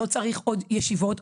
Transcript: לא צריך עוד ישיבות,